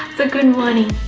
it's a good morning